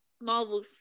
Marvel